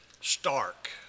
stark